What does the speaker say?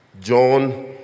John